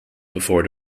before